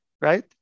right